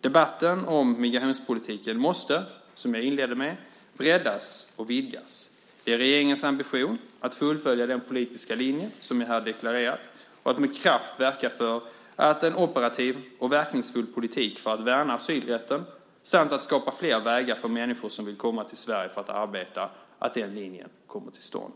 debatten om migrationspolitiken måste, som jag inledde med, breddas och vidgas. Det är regeringens ambition att fullfölja den politiska linje som jag här deklarerat och med kraft verka för att en operativ och verkningsfull politik för att värna asylrätten samt skapa flera vägar för människor som vill komma till Sverige för att arbeta kommer till stånd.